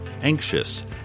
anxious